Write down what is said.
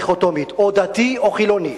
דיכוטומית: או דתי או חילוני,